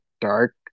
dark